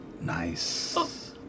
nice